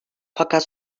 fakat